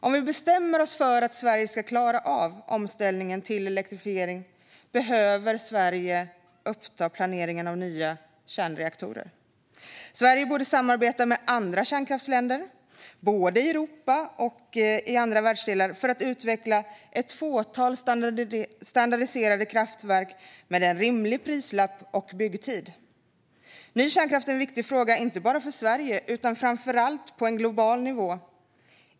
Om vi bestämmer oss för att Sverige ska klara av omställningen till elektrifiering behöver Sverige återuppta planeringen av nya kärnreaktorer. Sverige borde samarbeta med andra kärnkraftsländer, både i Europa och i andra världsdelar, för att utveckla ett fåtal standardiserade kraftverk med en rimlig prislapp och byggtid. Ny kärnkraft är en viktig fråga inte bara för Sverige utan framför allt på en global nivå.